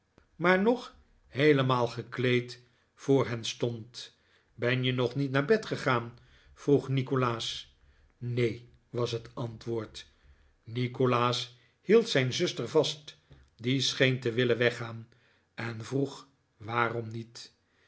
maar nog heelemaal gekleed voor hen stond ben je nog niet naar bed gegaan vroeg nikolaas neen was het antwoord nikolaas hield zijn zuster vast die scheen te willen weggaan en vroeg waarom niet